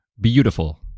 beautiful